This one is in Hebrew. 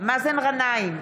מאזן גנאים,